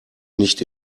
nicht